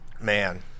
man